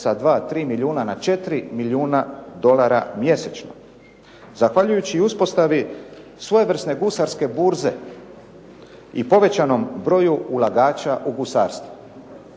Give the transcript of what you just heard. sa 2, 3 milijuna na 4 milijuna dolara mjesečno. Zahvaljujući uspostavi svojevrsne gusarske burze i povećanom broju ulagača u gusarstvu,